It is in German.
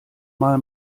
mal